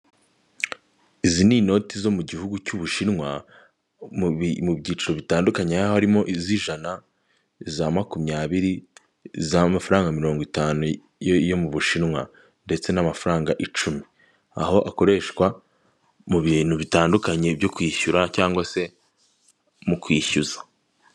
Iki ni ikinyabiziga kiri mu muhanda cya tagisi gitwara abantu batarenze cumi n'umunani, ikaba iri mu muhanda mwiza wa kaburimbo ndetse uboneye imodoka, harimo ibinyabiziga byinshi ndetse n'amatara yo mu muhanda ayifasha gutambuka.